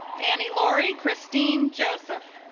annie laurie christine joseph